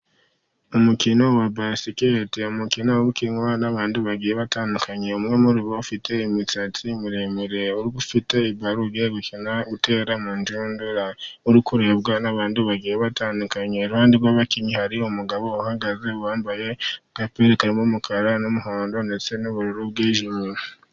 Umukino wa basketball, umukino ukinywa n'abantu bagiye batandukanye. Umwe muri bafite imisatsi miremire, ufite baro ugiye gutera mu nshundura. Kri kurebwa n'abantu bagiye batandukanye. Iruhande rw'abakinnyi hari umugabo uhagaze wambaye agapira karimo umukara n'umuhondo ndetse n'ubururu bwijimye.